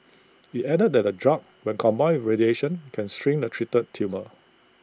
IT added that the drug when combined radiation can shrink the treated tumour